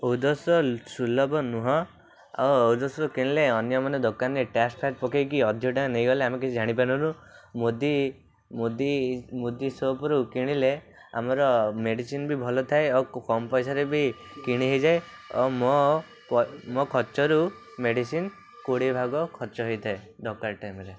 ଔଷଧ ସୁଲଭ ନୁହଁ ଆଉ ଔଷଧ କିଣିଲେ ଅନ୍ୟମାନେ ଦୋକାନରେ ଟ୍ୟାକ୍ସ ଫ୍ୟାକ୍ସ ପକାଇକି ଅଧିକ ଟଙ୍କା ନେଇଗଲେ ଆମେ କିଛି ଜାଣିପାରିଲୁନୁ ମୋଦି ମୋଦି ମୋଦି ସପ୍ରୁ କିଣିଲେ ଆମର ମେଡ଼ିସିନ୍ ବି ଭଲ ଥାଏ ଆଉ ଖୁବ କମ୍ ପଇସାରେ ବି କିଣିହେଇଯାଏ ଆଉ ମୋ ମୋ ଖର୍ଚ୍ଚରୁ ମେଡ଼ିସିନ୍ କୋଡ଼ିଏ ଭାଗ ଖର୍ଚ୍ଚ ହେଇଥାଏ ଦରକାର ଟାଇମ୍ ହେଲେ